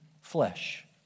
flesh